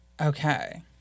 Okay